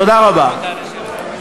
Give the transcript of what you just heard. תודה רבה.